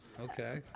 Okay